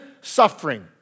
suffering